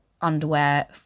underwear